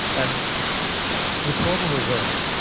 and the problem with this